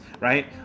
right